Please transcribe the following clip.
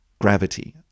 gravity